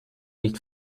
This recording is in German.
nicht